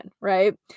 right